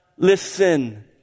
listen